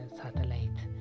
satellite